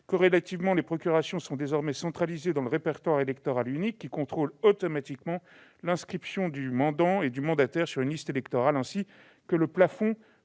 Corrélativement, les procurations sont désormais centralisées dans le répertoire électoral unique, qui contrôle automatiquement l'inscription du mandant et du mandataire sur une liste électorale, ainsi que le plafond